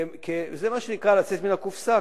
זה מה שנקרא לצאת מן הקופסה,